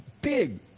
big